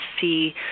see